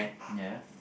ya